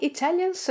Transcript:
Italian